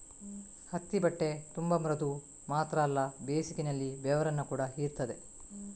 ಹತ್ತಿ ಬಟ್ಟೆ ತುಂಬಾ ಮೃದು ಮಾತ್ರ ಅಲ್ಲ ಬೇಸಿಗೆನಲ್ಲಿ ಬೆವರನ್ನ ಕೂಡಾ ಹೀರ್ತದೆ